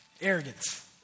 Arrogance